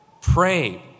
Pray